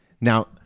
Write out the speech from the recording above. Now